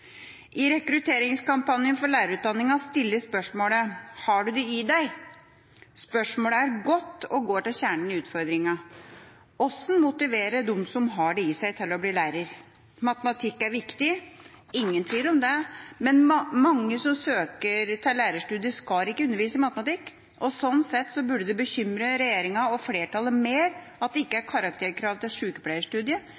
I rekrutteringskampanjen for lærerutdanninga stilles spørsmålet: «Har du det i deg?» Spørsmålet er godt og går til kjernen i utfordringa: Hvordan motivere de som har det i seg, til å bli lærer? Matematikk er viktig – ingen tvil om det. Men mange som søker til lærerstudiet, skal ikke undervise i matematikk. Sånn sett burde det bekymre regjeringa og flertallet mer at det ikke er karakterkrav til